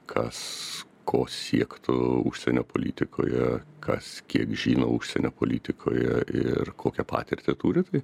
kas ko siektų užsienio politikoje kas kiek žino užsienio politikoje ir kokią patirtį turi tai